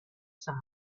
side